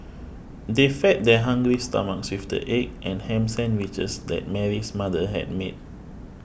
they fed their hungry stomachs with the egg and ham sandwiches that Mary's mother had made